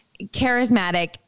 charismatic